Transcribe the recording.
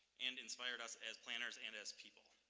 and inspired us as planners and as people.